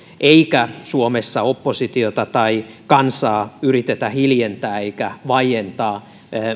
eikä suomessa oppositiota tai kansaa yritetä hiljentää eikä vaientaa